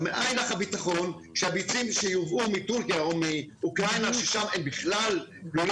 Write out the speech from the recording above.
ומאין הביטחון שהביצים שייובאו מטורקיה או אוקראינה יהיו בסדר?